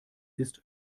ist